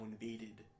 invaded